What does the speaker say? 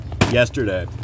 yesterday